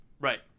Right